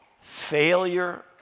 failure